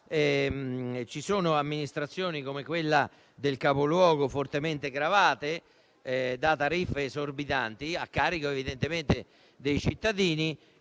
ci sono amministrazioni, come quella del capoluogo, fortemente gravate da tariffe esorbitanti evidentemente a carico